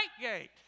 gate